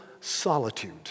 solitude